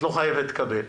את לא חייבת לקבל,